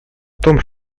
том